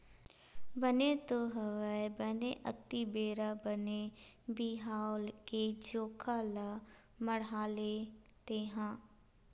बने तो हवय बने अक्ती बेरा बने बिहाव के जोखा ल मड़हाले तेंहा